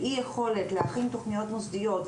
אי-יכולת להכין תכניות מוסדיות,